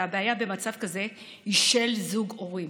והבעיה במצב כזה היא של זוג ההורים.